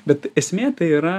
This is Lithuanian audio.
bet esmė tai yra